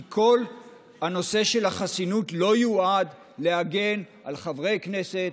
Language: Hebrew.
כי כל הנושא של החסינות לא יועד להגן על חבר כנסת,